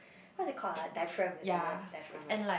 what's it called ah diaphragm is it diaphragm right